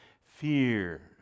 Fear